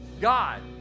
God